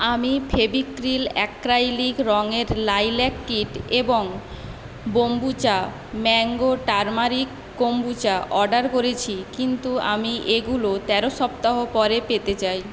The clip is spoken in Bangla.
আমি ফেভিক্রিল অ্যাক্রাইলিক রঙের লাইল্যাক কিট এবং kombucha mango turmeric kombucha order করেছি কিন্তু আমি এগুলো তেরো সপ্তাহ পরে পেতে চাই